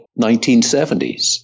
1970s